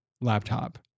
laptop